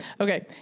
Okay